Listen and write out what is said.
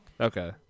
Okay